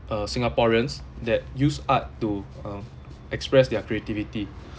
uh singaporeans that use art to um express their creativity